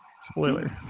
Spoiler